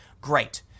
Great